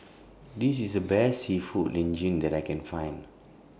This IS The Best Seafood Linguine that I Can Find